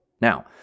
Now